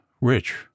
rich